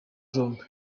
zombi